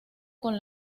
con